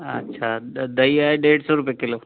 अच्छा त छा ॾही आहे ॾेढ सौ रुपये किलो